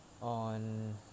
on